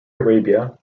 arabia